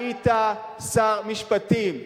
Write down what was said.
היית שר משפטים,